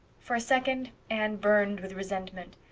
for a second anne burned with resentment.